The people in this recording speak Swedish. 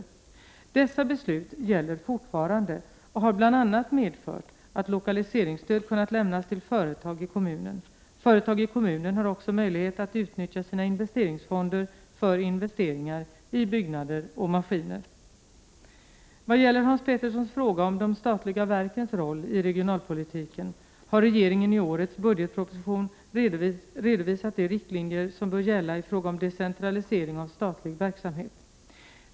Dessa beslut gäller fortfarande och har bl.a. medfört att lokaliseringsstöd kunnat lämnas till företag i kommunen. Företag i kommunen har också möjlighet att utnyttja sina investeringsfonder för investeringar i byggnader och maskiner. Vad gäller Hans Peterssons fråga om de statliga verkens roll i regionalpolitiken har regeringen i årets budgetproposition redovisat de riktlinjer som bör gälla i fråga om decentralisering av statlig verksamhet.